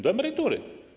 Do emerytury.